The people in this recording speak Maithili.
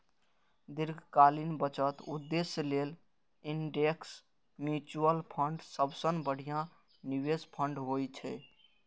दीर्घकालीन बचत उद्देश्य लेल इंडेक्स म्यूचुअल फंड सबसं बढ़िया निवेश फंड होइ छै